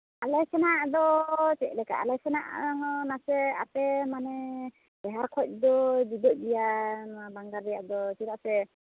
ᱟᱞᱮ ᱥᱮᱱᱟᱜ ᱫᱚ ᱪᱮᱫᱞᱮᱠᱟ ᱟᱞᱮ ᱥᱮᱱᱟᱜ ᱦᱚᱸ ᱱᱟᱥᱮ ᱟᱯᱮ ᱢᱟᱱᱮ ᱡᱟᱦᱮᱨ ᱠᱷᱚᱱ ᱫᱚ ᱡᱩᱫᱟᱹᱜ ᱜᱮᱭᱟ ᱱᱚᱣᱟ ᱵᱟᱝᱜᱟᱞ ᱨᱮᱭᱟᱜ ᱫᱚ ᱪᱮᱫᱟᱜ ᱥᱮ